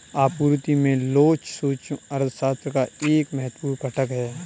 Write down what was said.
आपूर्ति में लोच सूक्ष्म अर्थशास्त्र का एक महत्वपूर्ण घटक है